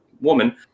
woman